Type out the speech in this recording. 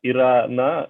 yra na